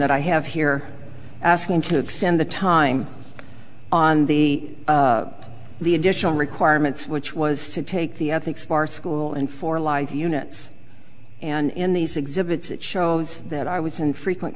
that i have here asking to extend the time on the the additional requirements which was to take the ethics bar school in for live units and in these exhibits it shows that i was in frequent